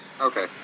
Okay